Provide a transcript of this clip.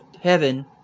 heaven